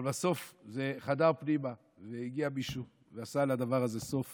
אבל בסוף זה חדר פנימה והגיע מישהו ועשה לדבר הזה סוף